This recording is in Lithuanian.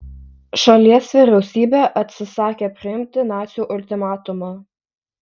šalies vyriausybė atsisakė priimti nacių ultimatumą